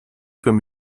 comme